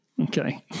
Okay